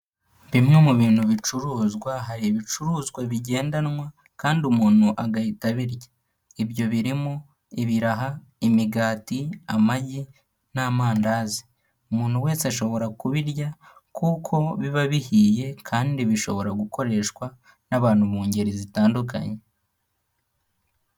Bimwe mu bintu bicuruzwa hari ibicuruzwa bigendanwa kandi umuntu agahita abirya. Ibyo birimo ibiraha, imigati, amagi n'amandazi. Umuntu wese ashobora kubirya kuko biba bihiye kandi bishobora gukoreshwa n'abantu mu ngeri zitandukanye.